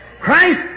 Christ